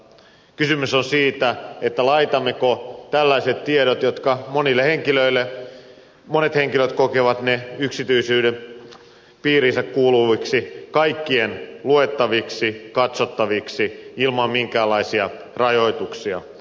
kysymys on siitä laitammeko tällaiset tiedot jotka monet henkilöt kokevat yksityisyyden piiriin kuuluviksi kaikkien luettaviksi ja katsottaviksi ilman minkäänlaisia rajoituksia